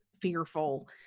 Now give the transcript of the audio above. fearful